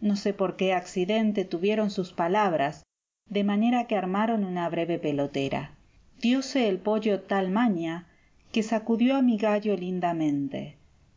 no sé por qué accidente tuvieron sus palabras de manera que armaron una brava pelotera dióse el pollo tal maña que sacudió a mi gallo lindamente